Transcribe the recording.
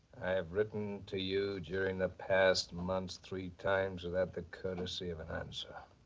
i have written to you during the past months three times. without the courtesy of an answer.